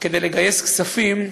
כדי לגייס כספים,